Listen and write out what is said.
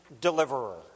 deliverer